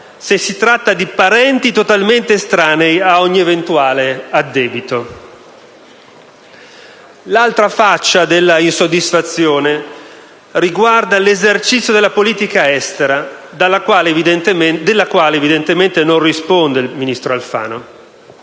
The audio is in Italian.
se si tratta di parenti totalmente estranei ad ogni eventuale addebito. L'altra faccia della insoddisfazione riguarda l'esercizio della politica estera, della quale evidentemente non risponde il ministro Alfano.